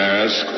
ask